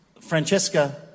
Francesca